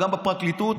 גם בפרקליטות,